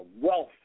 wealth